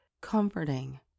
comforting